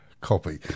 Copy